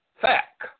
fact